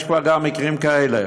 יש כבר גם מקרים כאלה,